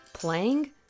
playing